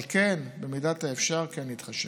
אבל במידת האפשר כן להתחשב.